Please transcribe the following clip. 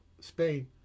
Spain